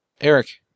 eric